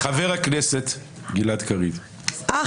חבר הכנסת גלעד קריב,